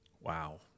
wow